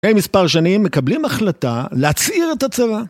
לפני מספר שנים מקבלים החלטה להצעיר את הצבא